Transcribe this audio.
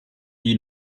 die